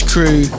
Crew